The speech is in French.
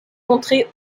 contrées